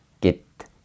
get